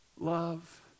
love